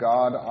God